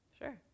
Sure